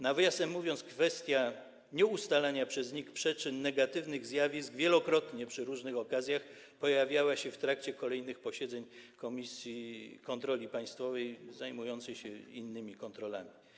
Nawiasem mówiąc, kwestia nieustalania przez NIK przyczyn negatywnych zjawisk wielokrotnie przy różnych okazjach pojawiała się w trakcie kolejnych posiedzeń Komisji do Spraw Kontroli Państwowej zajmującej się innymi kontrolami.